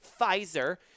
Pfizer